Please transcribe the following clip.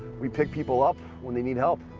we pick people up when they need help.